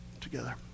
together